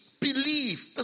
Believe